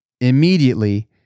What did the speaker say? immediately